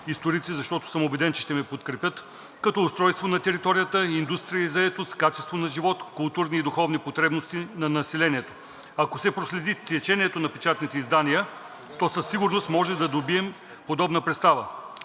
историци, защото съм убеден, че ще ме подкрепят, като устройство на територията, индустрия и заетост, качество на живот, културни и духовни потребности на населението. Ако се проследи течението на печатните издания, то със сигурност можем да добием подобна представа.